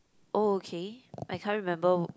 oh okay I can't remember